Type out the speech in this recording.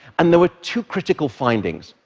and there were two critical findings.